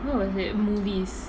what was it movies